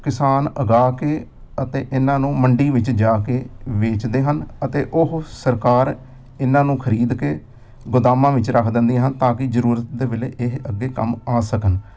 ਕਿਸਾਨ ਉਗਾ ਕੇ ਅਤੇ ਇਹਨਾਂ ਨੂੰ ਮੰਡੀ ਵਿੱਚ ਜਾ ਕੇ ਵੇਚਦੇ ਹਨ ਅਤੇ ਉਹ ਸਰਕਾਰ ਇਹਨਾਂ ਨੂੰ ਖਰੀਦ ਕੇ ਗੋਦਾਮਾਂ ਵਿੱਚ ਰੱਖ ਦਿੰਦੀਆਂ ਹਨ ਤਾਂ ਕਿ ਜ਼ਰੂਰਤ ਦੇ ਵੇਲੇ ਇਹ ਅੱਗੇ ਕੰਮ ਆ ਸਕਣ